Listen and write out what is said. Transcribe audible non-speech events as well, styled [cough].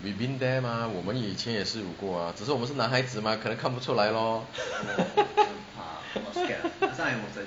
we've been there mah 我们以前也是有过啊只是我们是男孩子 mah 可能看不出来 lor [laughs]